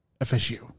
FSU